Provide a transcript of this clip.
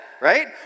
right